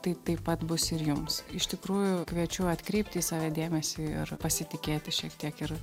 tai taip pat bus ir jums iš tikrųjų kviečiu atkreipti į save dėmesį ir pasitikėti šiek tiek ir